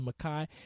makai